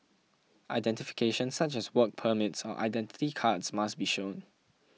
identification such as work permits or Identity Cards must be shown